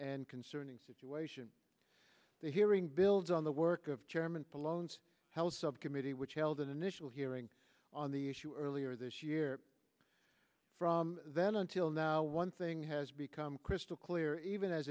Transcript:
and concerning situation the hearing builds on the work of chairman polonius house subcommittee which held an initial hearing on the issue earlier this year from then until now one thing has become crystal clear even as